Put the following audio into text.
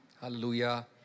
Hallelujah